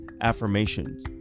affirmations